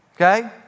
okay